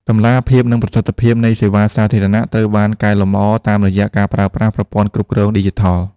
តម្លាភាព និងប្រសិទ្ធភាពនៃសេវាសាធារណៈត្រូវបានកែលម្អតាមរយៈការប្រើប្រាស់ប្រព័ន្ធគ្រប់គ្រងឌីជីថល។